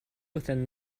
within